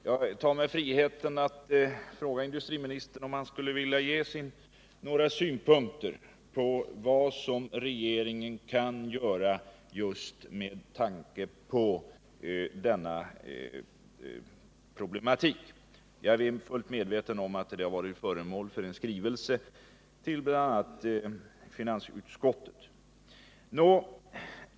Jag tar mig friheten att fråga industriministern om han vill ge några synpunkter på vad regeringen kan göra just med tanke på den problematiken. Jag är fullt medveten om att detta varit föremål för en skrivelse till bl.a. finansutskottet.